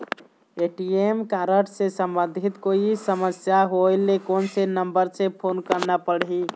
ATM card से संबंधित कोई समस्या होय ले, कोन से नंबर से फोन करना पढ़ही?